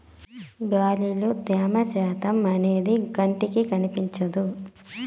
గాలిలో త్యమ శాతం అనేది కంటికి కనిపించదు